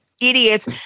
idiots